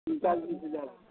تین چار دن سے زیادہ